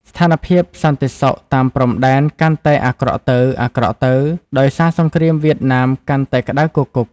ស្ថានភាពសន្តិសុខតាមព្រំដែនកាន់តែអាក្រក់ទៅៗ ដោយសារសង្គ្រាមវៀតណាមកាន់តែក្តៅគគុក។